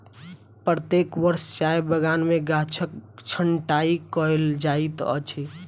प्रत्येक वर्ष चाय बगान में गाछक छंटाई कयल जाइत अछि